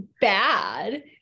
bad